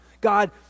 God